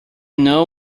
know